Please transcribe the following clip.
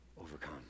overcome